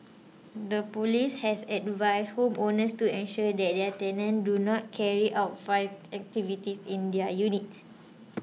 the police has advised home owners to ensure that their tenants do not carry out vice activities in their units